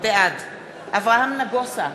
בעד אברהם נגוסה,